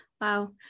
Wow